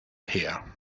here